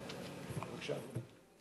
אדוני.